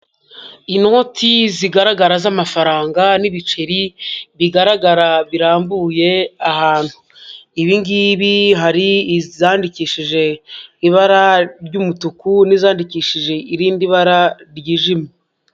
Inoti zigaragara z'amafaranga n'ibiceri bigaragara, birambuye ahantu. Ibi ngibi hari izandikishije ibara ry'umutuku n'izandikishije irindi bara ryijimye.